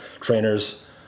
trainers